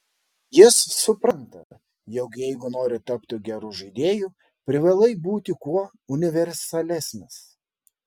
jis supranta jog jeigu nori tapti geru žaidėju privalai būti kuo universalesnis